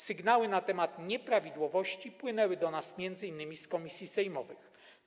Sygnały na temat nieprawidłowości płynęły do nas m.in. z komisji sejmowych.